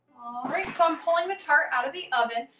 alright, so i'm pulling the tart out of the oven.